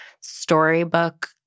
storybook